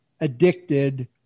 addicted